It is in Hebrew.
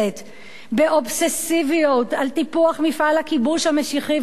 באובססיביות על טיפוח מפעל הכיבוש המשיחי והמשחית,